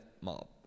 mob